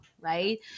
right